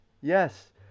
yes